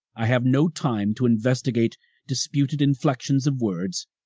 i have no time to investigate disputed inflections of words,